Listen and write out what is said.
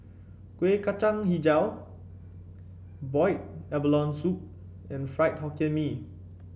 Kuih Kacang hijau Boiled Abalone Soup and Fried Hokkien Mee